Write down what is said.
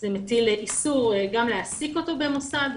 זה מטיל איסור גם להעסיק אותו במוסד,